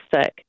sick